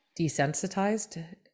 desensitized